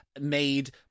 made